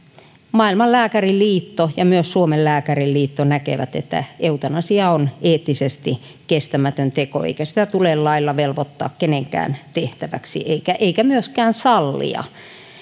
maailman lääkäriliitto ja myös suomen lääkäriliitto näkevät että eutanasia on eettisesti kestämätön teko eikä sitä tule lailla velvoittaa kenenkään tehtäväksi eikä eikä myöskään sallia